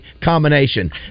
combination